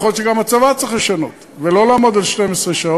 יכול להיות שגם הצבא צריך לשנות ולא לעמוד על 12 שעות,